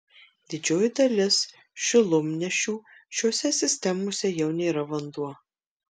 didžioji dalis šilumnešių šiose sistemose jau nėra vanduo